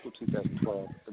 2012